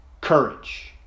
courage